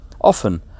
Often